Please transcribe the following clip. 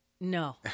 No